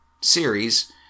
series